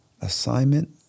assignment